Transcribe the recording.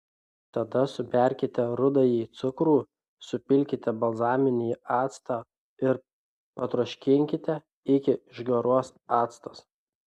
tada suberkite rudąjį cukrų supilkite balzaminį actą ir patroškinkite iki išgaruos actas